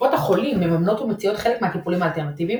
קופות החולים מממנות ומציעות חלק מהטיפולים האלטרנטיביים,